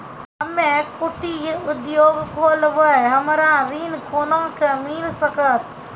हम्मे कुटीर उद्योग खोलबै हमरा ऋण कोना के मिल सकत?